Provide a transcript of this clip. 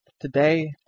Today